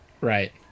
Right